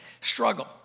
struggle